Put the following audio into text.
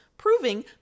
proving